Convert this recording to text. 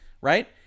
right